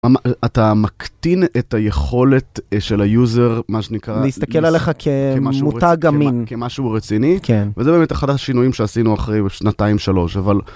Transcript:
אתה מקטין את היכולת של היוזר, מה שנקרא... להסתכל עליך כמותה אגמים. כמשהו רציני, וזה באמת אחד השינויים שעשינו אחרי שנתיים שלוש, אבל...